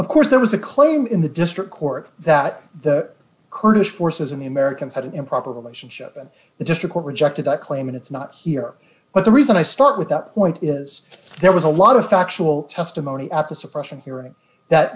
of course there was a claim in the district court that the kurdish forces in the americans had an improper relationship the just report rejected that claim and it's not here but the reason i start with that point is there was a lot of factual testimony at the suppression hearing that